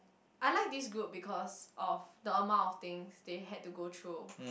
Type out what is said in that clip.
I like this group because of the amount of things they had to go through